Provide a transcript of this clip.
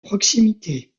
proximité